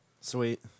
sweet